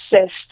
assist